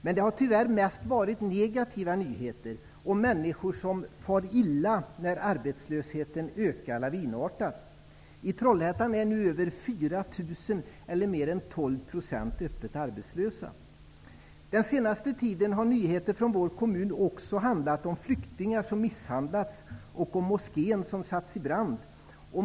Men det har tyvärr mest rört sig om negativa nyheter om människor som far illa när arbetslösheten ökar lavinartat. I Trollhättan är nu över 4 000 -- eller mer än 12 %-- öppet arbetslösa. Den senaste tiden har nyheter från vår kommun också handlat om flyktingar som misshandlats och om moskén som satts i brand.